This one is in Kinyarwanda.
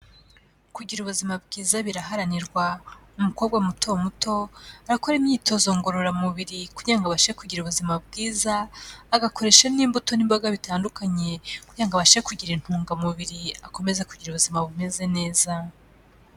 Kugira ubuzima bwiza biraharanirwa, umukobwa muto muto arakora imyitozo ngororamubiri kugira ngo abashe kugira ubuzima bwiza, agakoresha n'imbuto n'imboga bitandukanye kugira ngo abashe kugira intungamubiri, akomeza kugira ubuzima bumeze neza.